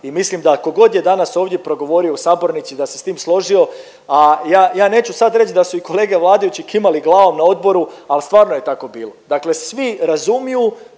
i mislim da ko god je danas ovdje progovorio u sabornici da se s tim složio, a ja, ja neću sad reć da su i kolege vladajući kimali glavom na odboru, al stvarno je tako bilo, dakle svi razumiju